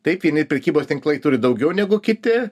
taip vieni prekybos tinklai turi daugiau negu kiti